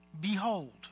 Behold